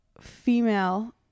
female